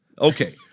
Okay